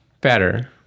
better